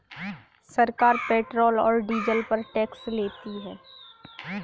सरकार पेट्रोल और डीजल पर टैक्स लेती है